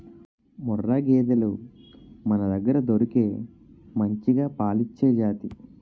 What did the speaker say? ముర్రా గేదెలు మనదగ్గర దొరికే మంచిగా పాలిచ్చే జాతి